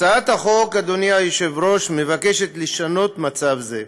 הצעת החוק, אדוני היושב-ראש, מבקשת לשנות מצב זה.